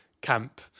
camp